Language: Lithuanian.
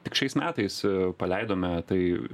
tik šiais metais paleidome tai